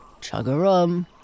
Chug-a-rum